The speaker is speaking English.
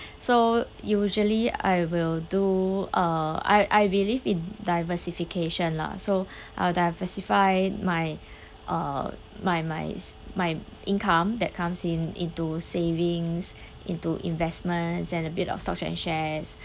so usually I will do uh I I believe in diversification lah so I'll diversify my uh my my s~ my income that comes in into savings into investments and a bit of stocks and shares